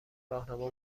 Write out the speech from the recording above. راهنما